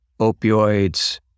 opioids